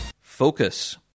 Focus